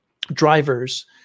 drivers